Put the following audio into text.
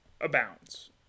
abounds